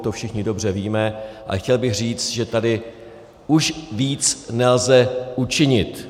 To všichni dobře víme, ale chtěl bych říci, že tady už víc nelze učinit.